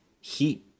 heat